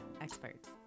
experts